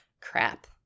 crap